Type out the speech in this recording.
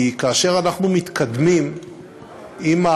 כי כאשר אנחנו מתקדמים עם,